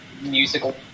musical